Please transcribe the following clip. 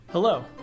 Hello